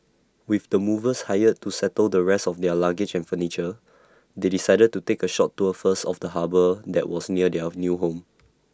with the movers hired to settle the rest of their luggage and furniture they decided to take A short tour first of the harbour that was near their new home